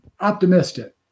optimistic